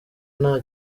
nta